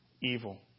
evil